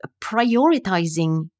prioritizing